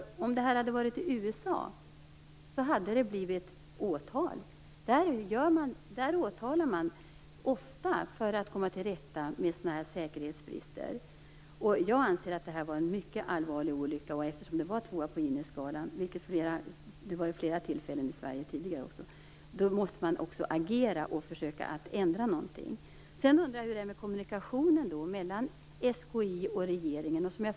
Om det här hade varit i USA hade det blivit åtal. Där åtalar man ofta för att komma till rätta med sådana här säkerhetsbrister. Jag anser att det här var en mycket allvarlig olycka - det var faktiskt en 2:a på INES-skalan, vilket det också har varit vid flera tillfällen i Sverige tidigare - och då måste man också agera och försöka ändra någonting. Sedan undrar jag hur det är med kommunikationen mellan SKI och regeringen.